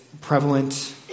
prevalent